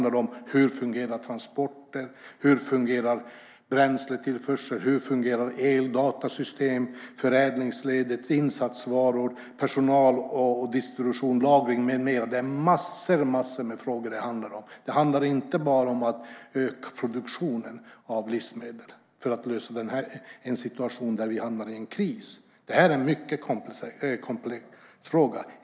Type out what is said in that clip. I en kris handlar det om transporter, bränsletillförsel, eldatasystem, förädlingsledet, insatsvaror, personal, distribution, lagring med mera. Det handlar om massor av frågor. Det handlar inte bara om att öka produktionen av livsmedel för att lösa en kris. Det här är en mycket komplex fråga.